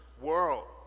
world